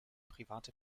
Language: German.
private